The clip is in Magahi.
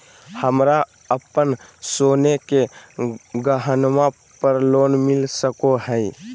हमरा अप्पन सोने के गहनबा पर लोन मिल सको हइ?